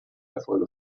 erfolge